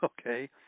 Okay